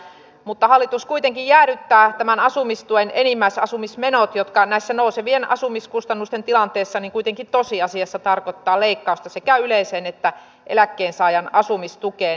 mutta hallitus kuitenkin jäädyttää tämän asumistuen enimmäisasumismenot mikä näiden nousevien asumiskustannusten tilanteessa tosiasiassa tarkoittaa leikkausta sekä yleiseen että eläkkeensaajan asumistukeen